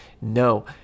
no